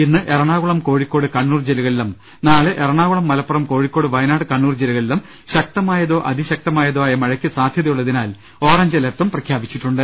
ഇന്ന് എറണാകുളം കോഴിക്കോട് കണ്ണൂർ ജില്ലകളിലും നാളെ എറണാകുളം മലപ്പുറം കോഴിക്കോട് വയനാട് കണ്ണൂർ ജില്ലകളിലും ശക്തമായതോ അതിശക്തമായതോ ആയ മഴയ്ക്ക് സാധ്യതയുള്ളതിനാൽ ഓറഞ്ച് അലേർട്ടും പ്രഖ്യാപിച്ചിട്ടുണ്ട്